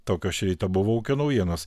tokios šį rytą buvo naujienos